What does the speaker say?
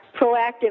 proactive